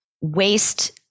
waste